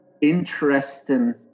interesting